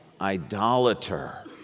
idolater